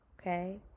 Okay